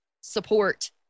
support